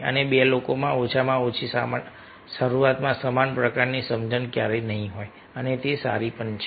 અને 2 લોકોમાં ઓછામાં ઓછી શરૂઆતમાં સમાન પ્રકારની સમજણ ક્યારેય નહીં હોય અને તે સારી પણ છે